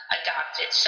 adopted